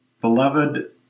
beloved